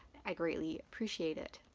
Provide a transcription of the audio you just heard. i greatly appreciate it.